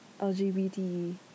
LGBT